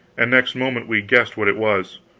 and next moment we guessed what it was.